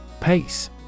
Pace